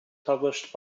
published